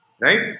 Right